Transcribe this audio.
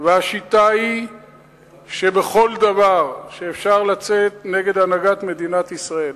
והשיטה היא שבכל דבר שאפשר לצאת נגד הנהגת מדינת ישראל,